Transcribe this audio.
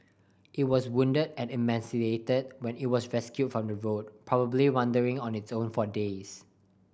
it was wounded and emaciated when it was rescued from the road probably wandering on its own for days